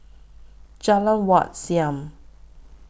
Jalan Wat Siam